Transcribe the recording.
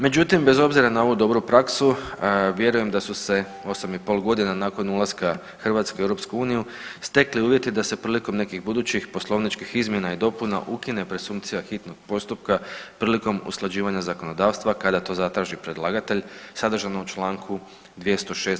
Međutim, bez obzira na ovu dobru praksu vjerujem da su se 8,5 godina nakon ulaska Hrvatske u EU stekli uvjeti da se prilikom nekih budućih poslovničkih izmjena i dopuna ukine presumpcija hitnog postupka prilikom usklađivanja zakonodavstva kada to zatraži predlagatelj sadržano u Članku 206.